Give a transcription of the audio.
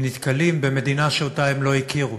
הם נתקלים במדינה שאותה הם לא הכירו: